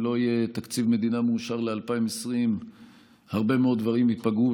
אם לא יהיה תקציב מדינה מאושר ל-2020 הרבה מאוד דברים ייפגעו,